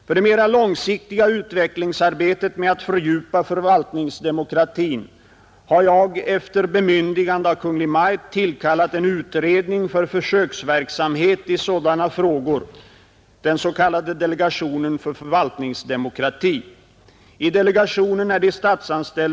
Dessutom är utskottsutlåtanden nyttiga och lärorika ting att läsa även för regeringsmedlemmar, och om herr Löfberg hade läst inrikesutskottets betänkande nr 15 i år litet omsorgsfullare än vad han förefaller att ha gjort skulle sannolikt skrytet i interpellationssvaret ha dämpats avsevärt.